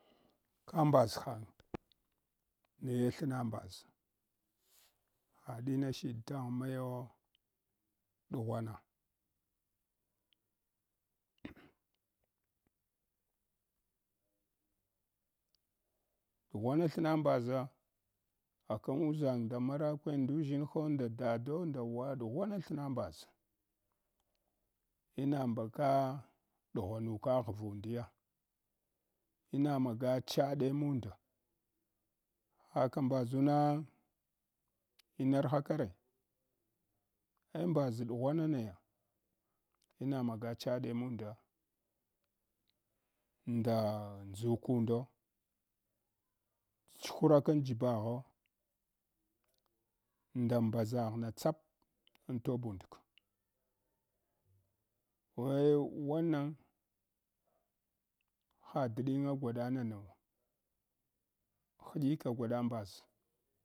Ka mbaʒhang naye thna mbaʒ haɗing shiɗ tagha mayawo ɗughwana ɗughwana than mbaʒa akan uʒang, nda marakwe nduʒshine ho, nda dado, nda wai ɗighwana thna mabʒ. Ina mbaka ɗughwanuka ghundiya, ina maga chade mundo haka mbazuna inarhakare eh mbazk ɗughwana naya ina mage chaɗe munda nda ndʒukundo ch’hurakan jibagho nda mbaʒaghna tsap antobund ka weh wannan ha daɗinga gwaɗa nanau kiɗaku haɗqika gwada mbaʒ.